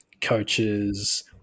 Coaches